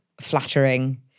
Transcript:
flattering